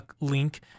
link